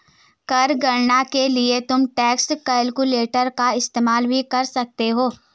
कर गणना के लिए तुम टैक्स कैलकुलेटर का इस्तेमाल भी कर सकते हो